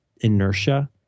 inertia